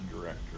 director